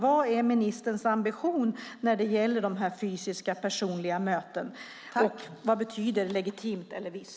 Vad är ministerns ambition när det gäller "fysiska personliga möten" och vad betyder "legitimt" och "viss"?